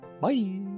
Bye